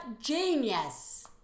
genius